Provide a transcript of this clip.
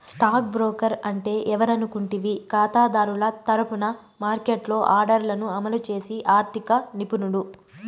stock broker అంటే ఎవరనుకుంటివి కాతాదారుల తరపున మార్కెట్లో ఆర్డర్లను అమలు చేసి ఆర్థిక నిపుణుడు